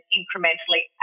incrementally